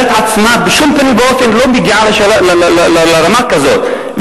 הדת עצמה בשום פנים ואופן לא מגיעה לרמה כזאת,